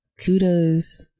kudos